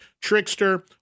Trickster